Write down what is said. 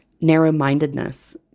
Narrow-mindedness